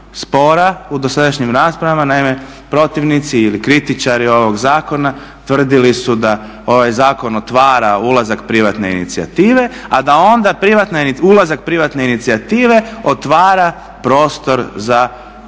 u dosadašnjim raspravama. Naime, protivnici ili kritičari ovog zakona tvrdili su da ovaj zakon otvara ulazak privatne inicijative, a da onda ulazak privatne inicijative otvara prostor za